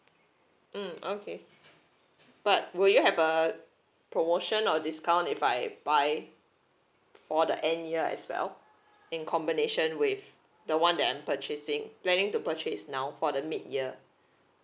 mm okay but will you have a promotion or discount if I buy for the end year as well in combination with the one that I'm purchasing planning to purchase now for the mid year